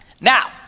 now